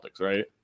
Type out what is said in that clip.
right